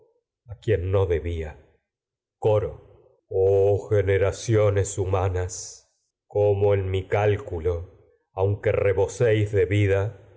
a quien no debía corlo oh generaciones humanas cómo en mi edipo ruy cálculo nada aunque reboséis de vida